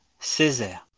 Césaire